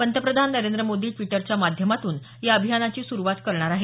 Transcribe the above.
पंतप्रधान नरेंद्र मोदी द्विटरच्या माध्यमातून या अभियानाची सुरुवात करणार आहेत